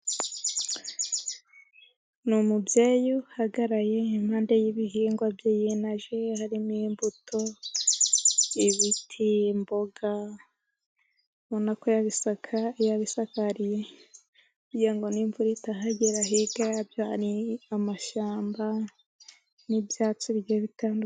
Ni umubyeyi uhagaraye impande y'ibihingwa bye yenaje. Harimo imbuto, ibiti, imboga. Urabona ko yabisakariye kugira ngo n'imvura itahagera. Hirya yabyo hari amashyamba n'ibyatsi bigiye bitandukanye.